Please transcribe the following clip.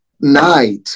night